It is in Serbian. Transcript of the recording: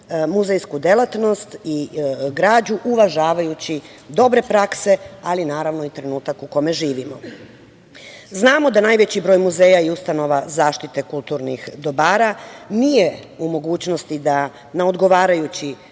muzejsku delatnost i građu uvažavajući dobre prakse, ali naravno i trenutak u kome živimo. Znamo da najveći broj muzeja i ustanova zaštite kulturnih dobara nije u mogućnosti da na odgovarajući